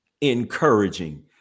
Encouraging